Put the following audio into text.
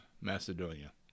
Macedonia